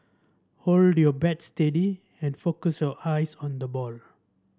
hold your bat steady and focus your eyes on the ball